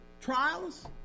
trials